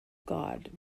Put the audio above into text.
god